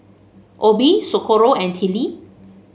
Obie Socorro and Tillie